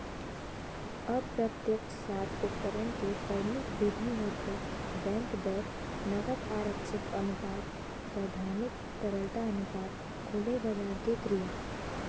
अप्रत्यक्छ साख उपकरन के परमुख बिधि होथे बेंक दर, नगद आरक्छित अनुपात, बैधानिक तरलता अनुपात, खुलेबजार के क्रिया